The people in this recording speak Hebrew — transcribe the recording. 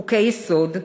חוקי-יסוד,